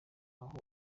aho